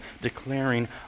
declaring